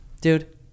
Dude